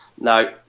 no